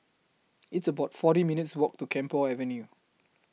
It's about forty minutes' Walk to Camphor Avenue